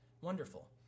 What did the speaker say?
Wonderful